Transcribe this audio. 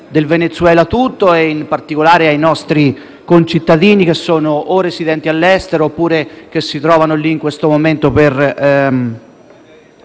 del Venezuela tutto e, in particolare, ai nostri concittadini che sono o residenti all'estero oppure che si trovano lì in questo momento per